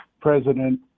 president